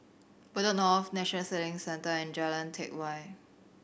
Bedok North National Sailing Centre and Jalan Teck Whye